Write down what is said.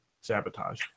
Sabotage